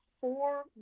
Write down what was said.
four